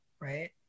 right